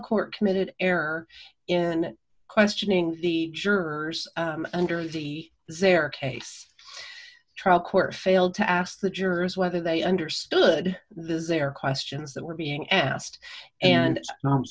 court committed error in questioning the jurors under the their case trial court failed to ask the jurors whether they understood their questions that were being asked and